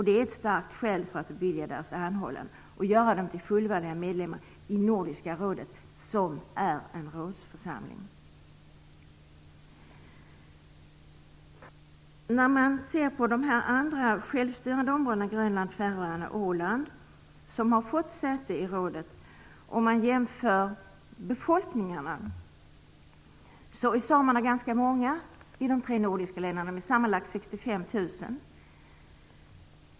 Det är ett starkt skäl för att bevilja deras anhållan och göra dem till fullvärdiga medlemmar i Nordiska rådet, som är en rådsförsamling. När man ser på de andra områdena, Grönland, Färöarna och Åland, som har fått säte i rådet och jämför befolkningarna finner man att samerna är ganska många i de tre nordiska länderna. De är sammanlagt 65 000.